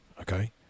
Okay